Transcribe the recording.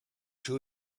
two